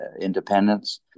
independence